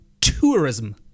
tourism